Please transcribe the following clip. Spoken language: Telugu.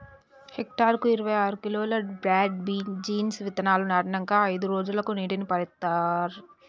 హెక్టర్ కు ఇరవై ఆరు కిలోలు బ్రాడ్ బీన్స్ విత్తనాలు నాటినంకా అయిదు రోజులకు నీటిని పారిత్తార్